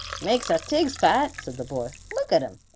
makes our tigs fat, said the boy look at em.